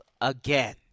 Again